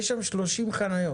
יש שם 30 חניות,